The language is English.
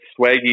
Swaggy